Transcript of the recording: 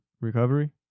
recovery